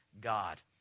God